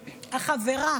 החברה,